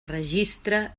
registre